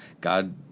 God